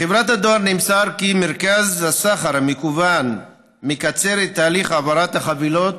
מחברת הדואר נמסר כי מרכז הסחר המקוון מקצר את תהליך העברת החבילות